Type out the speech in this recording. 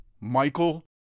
Michael